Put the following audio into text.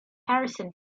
harrison